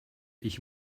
ich